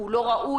הוא לא ראוי.